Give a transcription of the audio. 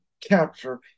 capture